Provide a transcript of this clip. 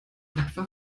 etwa